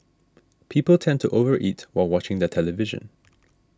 people tend to over eat while watching the television